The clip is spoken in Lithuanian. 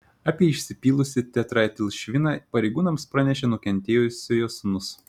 apie išsipylusį tetraetilšviną pareigūnams pranešė nukentėjusiojo sūnus